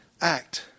act